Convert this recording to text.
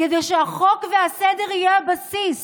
כדי שהחוק והסדר יהיו הבסיס